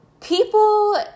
people